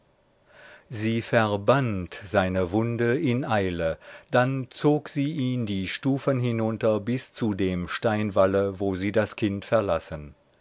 sie verband seine wunde in eile dann zog sie ihn die stufen hinunter bis zu dem steinwalle wo sie das kind verlassen